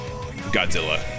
godzilla